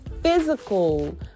physical